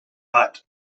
bat